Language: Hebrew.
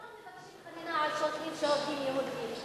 למה לא מבקשים חנינה לשוטרים שהורגים יהודים?